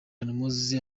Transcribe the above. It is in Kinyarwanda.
kanyomozi